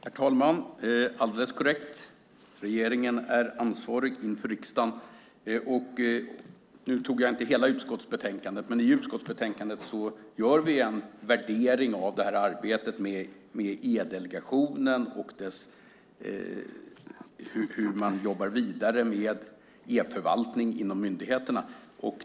Herr talman! Alldeles korrekt! Regeringen är ansvarig inför riksdagen. Nu tog jag inte upp hela utskottsbetänkandet, men i utskottsbetänkandet gör vi en värdering av arbetet med E-delegationen och hur man jobbar vidare med e-förvaltning inom myndigheterna.